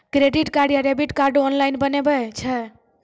Credit card या debit card online बनै छै?